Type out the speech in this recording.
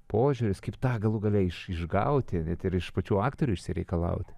požiūris kaip tą galų gale iš išgauti net ir iš pačių aktorių išsireikalauti